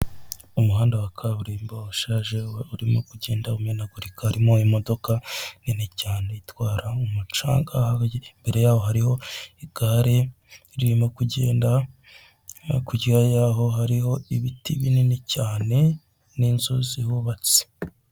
Umuhanda wa kaburimbo ushaje urimo kugenda umenagurika harimo imodoka nini cyane itwara umucanga imbere yaho hari igare ririmo kugenda, hakurya yaho hariho ibiti binini cyane n'inzu zihubatse.